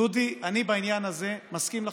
דודי, אני בעניין הזה מסכים לחלוטין.